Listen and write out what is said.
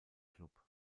club